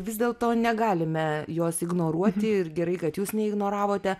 vis dėlto negalime jos ignoruoti ir gerai kad jūs ne ignoravote